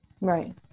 Right